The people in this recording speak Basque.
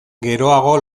geroago